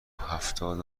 هفتاد